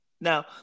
Now